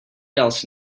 else